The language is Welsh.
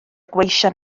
gweision